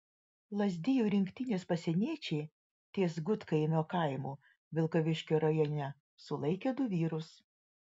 lazdijų rinktinės pasieniečiai ties gudkaimio kaimu vilkaviškio rajone sulaikė du vyrus